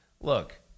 look